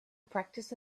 practice